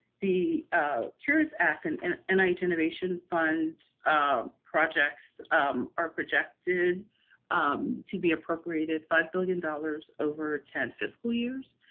the cures act and and and nih innovation fund um projects um are projected to be appropriated five billion dollars over ten fiscal years.